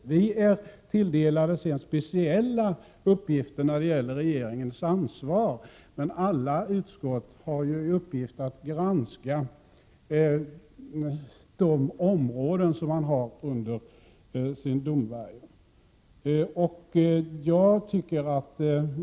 Konstitutionsutskottet är sedan tilldelat speciella uppgifter när det gäller regeringens ansvar. Alla utskott har att granska de områden som man har under sin domvärjo.